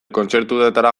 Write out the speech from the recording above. kontzertuetara